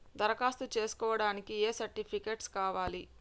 దరఖాస్తు చేస్కోవడానికి ఏ సర్టిఫికేట్స్ కావాలి?